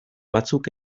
batzuk